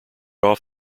off